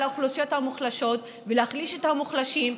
האוכלוסיות המוחלשות ולהחליש את המוחלשים,